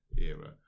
era